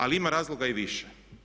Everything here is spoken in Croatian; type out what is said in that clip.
Ali ima razloga i više.